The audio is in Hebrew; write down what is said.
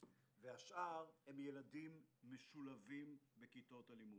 והשאר הם ילדים משולבים בכיתות הלימוד,